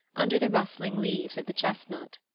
under the rustling leaves of the chestnut.